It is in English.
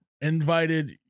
invited